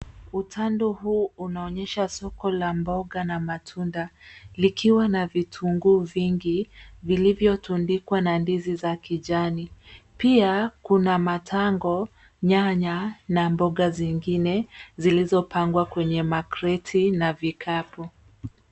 Utando huu unaonyesha soko la mboga na matunda, likiwa na vitunguu vingi vilivyotundikwa na ndizi za kijani. Pia, kuna: matango, nyanya na mboga zingine zilizopangwa kwenye makreti na vikapu.